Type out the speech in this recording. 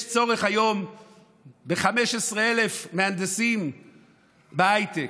יש צורך היום ב-15,000 מהנדסים בהייטק,